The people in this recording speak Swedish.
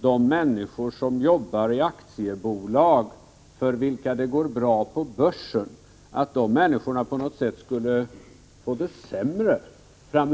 de människor som jobbar i aktiebolag för vilka det går bra på börsen framöver på något sätt får det sämre av det.